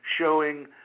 showing